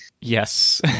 yes